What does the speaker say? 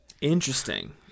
interesting